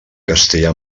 castella